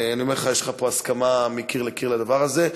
אני אומר לך, יש לך פה הסכמה מקיר לקיר לדבר הזה.